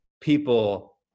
people